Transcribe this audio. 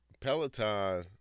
Peloton